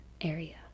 area